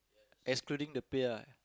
excluding the pay lah